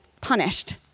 punished